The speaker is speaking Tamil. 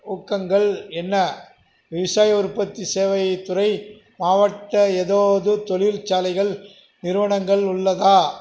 ஊக்கங்கள் என்ன விசை உற்பத்தி சேவைத்துறை மாவட்ட எதாவது தொழிற்சாலைகள் நிறுவனங்கள் உள்ளதா